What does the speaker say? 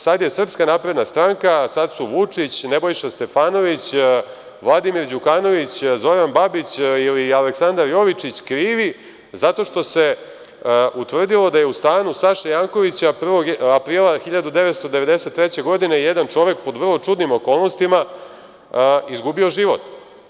Sada je SNS, sada su Vučić i Nebojša Stefanović, Vladimir Đukanović, Zoran Babić ili Aleksandar Jovičić krivi zato što se utvrdilo da je u stanu Saše Jankovića 1. aprila 1993. godine jedan čovek, pod vrlo čudnim okolnostima, izgubio život.